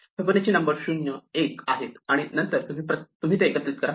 Fibonacci numbers 0 1 आहेत आणि नंतर तुम्ही ते एकत्रित करा